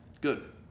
Good